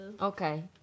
Okay